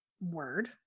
word